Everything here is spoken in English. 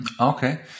Okay